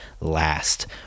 last